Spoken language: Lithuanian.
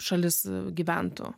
šalis gyventų